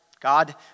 God